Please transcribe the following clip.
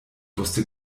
wusste